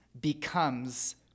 becomes